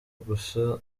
gusa